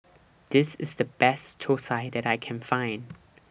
This IS The Best Thosai that I Can Find